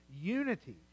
unity